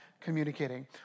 communicating